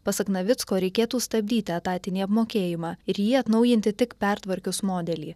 pasak navicko reikėtų stabdyti etatinį apmokėjimą ir jį atnaujinti tik pertvarkius modelį